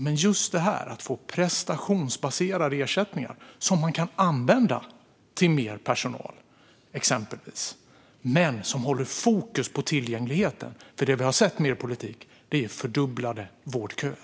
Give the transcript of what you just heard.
Detta verktyg innebär att man får prestationsbaserade ersättningar som man kan använda till exempelvis mer personal men som håller fokus på tillgängligheten. Det vi har sett med er politik är fördubblade vårdköer.